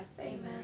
Amen